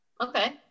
Okay